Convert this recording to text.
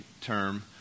term